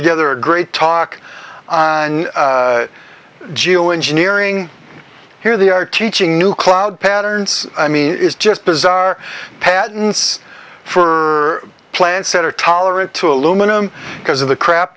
together a great talk on geoengineering here they are teaching new cloud patterns i mean it is just bizarre patents for plants that are tolerant to aluminum because of the crap